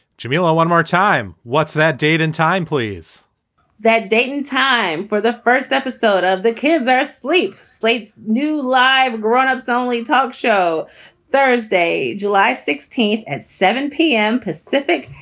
jameela, one more time. what's that? date and time, please that date and time for the first episode of the kids are asleep. slate's new live grownups only talk show thursday, july sixteenth at seven zero p m. pacific,